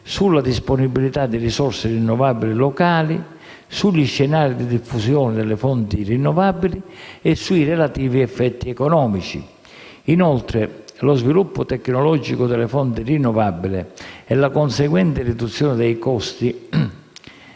sulle disponibilità di risorse rinnovabili locali, sugli scenari di diffusione delle fonti rinnovabili e sui relativi effetti economici. Inoltre, lo sviluppo tecnologico delle fonti rinnovabili e la conseguente riduzione dei costi